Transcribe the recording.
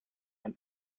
and